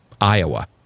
Iowa